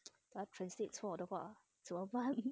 那 translate 错的话怎么办